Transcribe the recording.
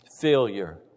failure